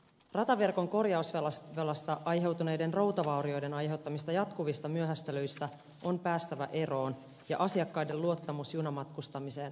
rataverkon korjausvelasta aiheutuneiden routavaurioiden aiheuttamista jatkuvista myöhästelyistä on päästävä eroon ja asiakkaiden luottamus junamatkustamiseen on palautettava